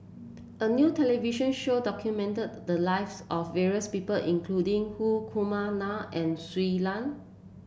a new television show documented the lives of various people including Hri Kumar Nair and Shui Lan